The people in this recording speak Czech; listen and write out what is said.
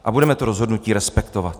A budeme to rozhodnutí respektovat.